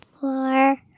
four